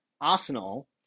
Arsenal